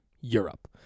Europe